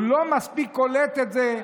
הוא לא מספיק קולט את זה.